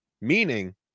meaning